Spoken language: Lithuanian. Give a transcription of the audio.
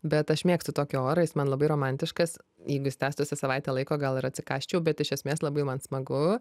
bet aš mėgstu tokį orą jis man labai romantiškas jeigu jis tęstųsi savaitę laiko gal ir atsikąsčiau bet iš esmės labai man smagu